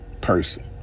person